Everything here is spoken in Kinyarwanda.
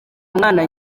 mwana